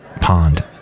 Pond